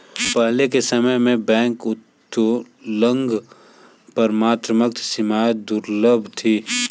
पहले के समय में बैंक उत्तोलन पर मात्रात्मक सीमाएं दुर्लभ थीं